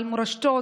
על מורשתו,